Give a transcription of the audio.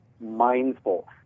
mindful